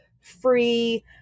free